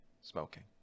smoking